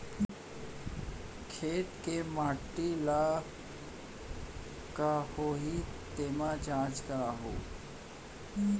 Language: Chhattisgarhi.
खेत के माटी ल का होही तेमा जाँच करवाहूँ?